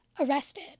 arrested